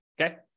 Okay